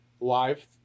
live